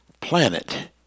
planet